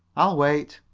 i'll wait.